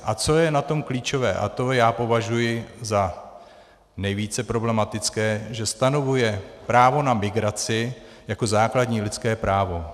A co je na tom klíčové, a to já považuji za nejvíce problematické, že stanovuje právo na migraci jako základní lidské právo.